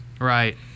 Right